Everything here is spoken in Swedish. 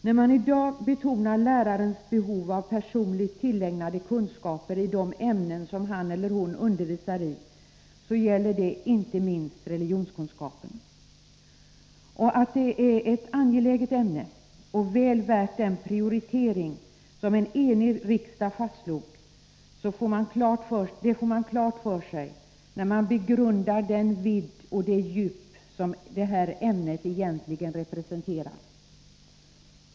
När man i dag betonar lärarens behov av personligt tillägnade kunskaper i 15 nas behov av fortbildning de ämnen som han eller hon undervisar i, gäller det inte minst religionskunskapen. Att det är ett angeläget ämne, väl värt en prioritering — vilket en enig riksdag fastslog — får man klart för sig när man begrundar den vidd och det djup som det här ämnet egentligen representerar.